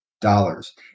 dollars